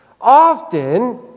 Often